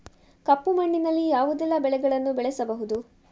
ಕಪ್ಪು ಮಣ್ಣಿನಲ್ಲಿ ಯಾವುದೆಲ್ಲ ಬೆಳೆಗಳನ್ನು ಬೆಳೆಸಬಹುದು?